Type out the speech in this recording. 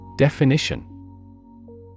Definition